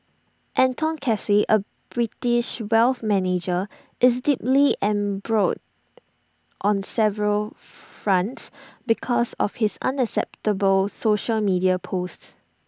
Anton Casey A British wealth manager is deeply embroiled on several fronts because of his unacceptable social media posts